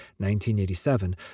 1987